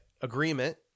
agreement